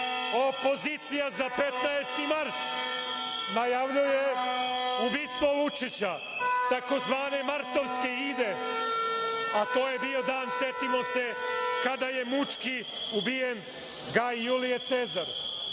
Opozicija za 15. mart najavljuje ubistvo Vučića tzv. Martovske ide, a to je bio dan, setimo se, kada je mučki ubijen Gaj Julije Cezar. Šta